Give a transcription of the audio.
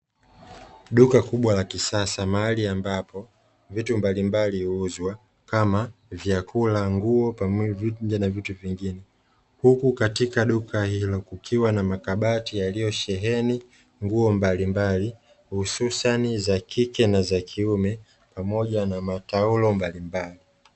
Duka kubwa la kisasa mahali ambapo vitu mbalimbali huuzwa kama: vyakula, nguo pamoja na vitu vingine. Huku katika duka hilo kukiwa na makabati yaliyosheheni nguo mbalimbali hususani za kike na za kiume, pamoja na mataulo mbalimbali.